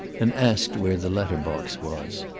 and asked where the letter-box was.